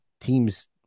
teams